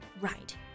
Right